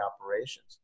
operations